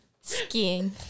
Skiing